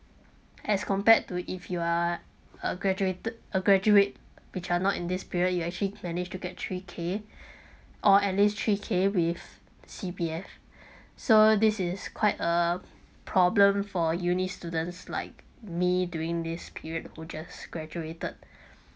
as compared to if you are a graduated a graduate which are not in this period you actually managed to get three K or at least three K with C_P_F so this is quite a problem for uni students like me during this period who just graduated